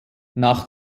nach